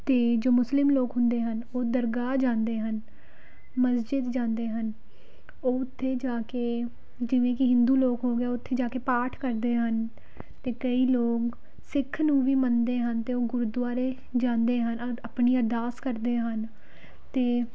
ਅਤੇ ਜੋ ਮੁਸਲਿਮ ਲੋਕ ਹੁੰਦੇ ਹਨ ਉਹ ਦਰਗਾਹ ਜਾਂਦੇ ਹਨ ਮਸਜਿਦ ਜਾਂਦੇ ਹਨ ਉਹ ਉੱਥੇ ਜਾ ਕੇ ਜਿਵੇਂ ਕਿ ਹਿੰਦੂ ਲੋਕ ਹੋ ਗਏ ਉੱਥੇ ਜਾ ਕੇ ਪਾਠ ਕਰਦੇ ਹਨ ਅਤੇ ਕਈ ਲੋਕ ਸਿੱਖ ਨੂੰ ਵੀ ਮੰਨਦੇ ਹਨ ਅਤੇ ਉਹ ਗੁਰਦੁਆਰੇ ਜਾਂਦੇ ਹਨ ਅ ਆਪਣੀ ਅਰਦਾਸ ਕਰਦੇ ਹਨ ਅਤੇ